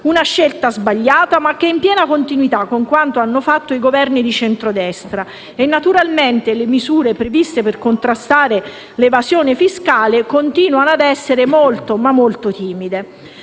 una scelta sbagliata, ma in piena continuità con quanto hanno fatto i Governi di Centrodestra. Naturalmente, poi, le misure previste per contrastare l'evasione fiscale continuano ad essere molto molto timide.